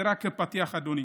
זה רק פתיח, אדוני.